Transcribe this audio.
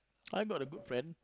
I'm not a good friend